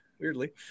weirdly